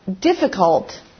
difficult